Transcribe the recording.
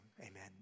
Amen